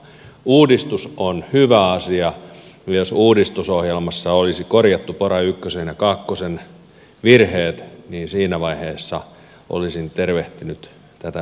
uudistus on hyvä asia ja jos uudistusohjelmassa olisi korjattu pora ykkösen ja kakkosen virheet niin siinä vaiheessa olisin tervehtinyt tätä uudistusta ilomielin